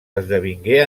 esdevingué